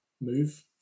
move